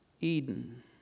Eden